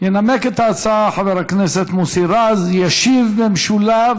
ינמק את ההצעה חבר הכנסת מוסי רז, וישיב במשולב